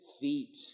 feet